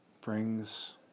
brings